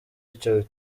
icyo